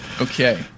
Okay